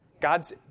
God's